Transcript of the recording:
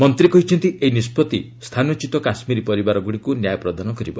ମନ୍ତ୍ରୀ କହିଛନ୍ତି' ଏହି ନିଷ୍ପଭି ସ୍ଥାନଚ୍ୟୁତ କାଶ୍କିରୀ ପରିବାରଗୁଡ଼ିକୁ ନ୍ୟାୟ ପ୍ରଦାନ କରିବ